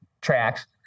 tracks